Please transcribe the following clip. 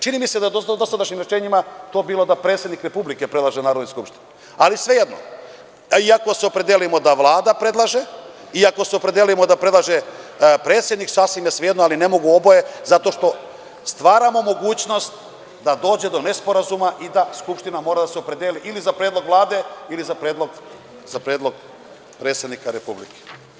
Čini mi se da u dosadašnjim rešenjima je bilo da je to predsednik Republike predlaže Narodnoj skupštini, ali svejedno i ako se opredelimo da Vlada predlaže i ako se opredelimo da predlaže predsednik sasvim je svejedno, ali ne mogu oboje zato što stvaramo mogućnost da dođe do nesporazuma i da Skupština mora da se opredeli ili za predlog Vlade ili za predlog predsednika Republike.